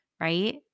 right